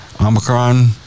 Omicron